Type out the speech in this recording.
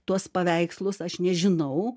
tuos paveikslus aš nežinau